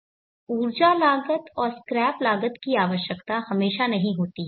ऊर्जा लागत और स्क्रैप लागत की आवश्यकता हमेशा नहीं होती है